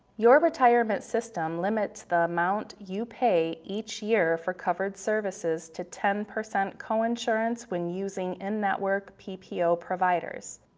your retirement system limits the amount you pay each year for covered services to ten percent coinsurance when using in-network ppo providers.